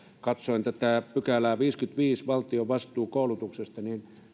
katsoin tätä viidettäkymmenettäviidettä pykälää valtion vastuu koulutuksesta